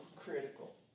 critical